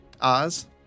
Oz